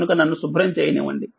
కనుక నన్ను శుభ్రం చేయనివ్వండి